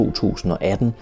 2018